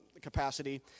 capacity